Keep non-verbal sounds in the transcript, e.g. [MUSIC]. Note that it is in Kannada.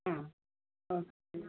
ಹ್ಞೂ [UNINTELLIGIBLE]